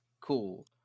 cool